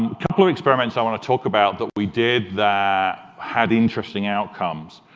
couple experiments i want to talk about that we did that had interesting outcomes.